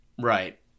Right